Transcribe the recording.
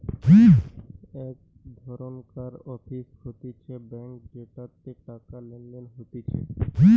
এক ধরণকার অফিস হতিছে ব্যাঙ্ক যেটাতে টাকা লেনদেন হতিছে